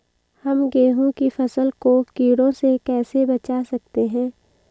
हम गेहूँ की फसल को कीड़ों से कैसे बचा सकते हैं?